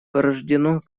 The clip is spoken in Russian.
порождено